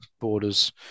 borders